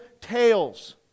tales